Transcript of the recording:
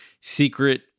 secret